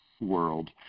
world